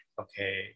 okay